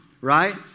right